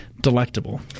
delectable